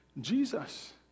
Jesus